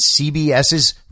CBS's